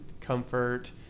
comfort